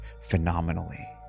phenomenally